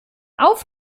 auf